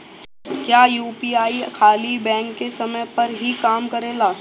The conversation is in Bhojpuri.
क्या यू.पी.आई खाली बैंक के समय पर ही काम करेला?